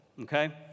okay